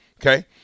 Okay